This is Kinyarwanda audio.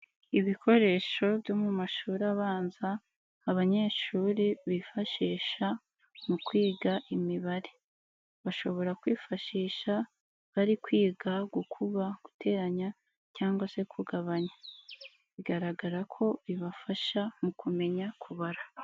Ibikoresho byo mu mashuri abanza abanyeshuri bifashisha mu kwiga imibare bashobora kwifashisha bari kwiga gukuba, guteranya cyangwa se kugabanya, bigaragara ko bibafasha mu kumenya kubara.